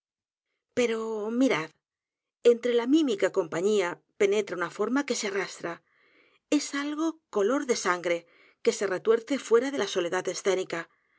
a d entre la mímica compañía penet r a u n a forma que se a r r a s t r a e s algo color de s a n g r e que se retuerce fuera de la soledad escénica